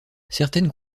certaines